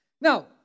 Now